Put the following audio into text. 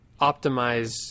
optimize